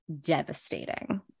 devastating